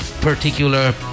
particular